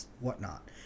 whatnot